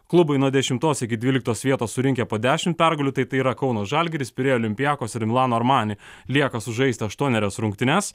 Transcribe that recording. klubui nuo dešimtos iki dvyliktos vietos surinkę po dešim pergalių tai tai yra kauno žalgiris pirėjo olympiakos ir milano armani lieka sužaisti aštuonerias rungtynes